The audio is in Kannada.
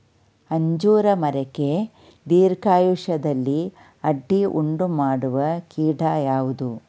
ಅಂಜೂರ ಮರಕ್ಕೆ ದೀರ್ಘಾಯುಷ್ಯದಲ್ಲಿ ಅಡ್ಡಿ ಉಂಟು ಮಾಡುವ ಕೀಟ ಯಾವುದು?